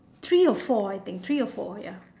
three or four I think three or four ya